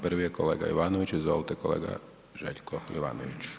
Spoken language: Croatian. Prvi je kolega Jovanović, izvolite kolega Željko Jovanoviću.